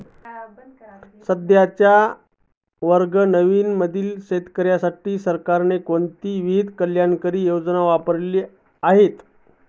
सध्याच्या वर्ग नऊ मधील शेतकऱ्यांसाठी सरकारने कोणत्या विविध कल्याणकारी योजना राबवल्या आहेत?